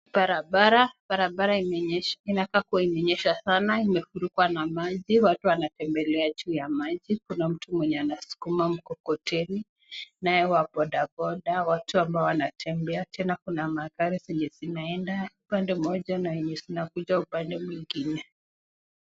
Barabara, barabara inakaa kuwa imenyesha sana imefurikwa na maji, watu wanatembelea juu ya maji, kuna mtu mwenye anaskuma mkokoteni, naye wa bodaboda, watu ambao wanatembea tena kuna magari zenye zinaenda upande mmoja na zenye zinakuja upande mwingine.